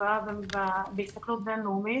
השוואה בהסתכלות בין-לאומית.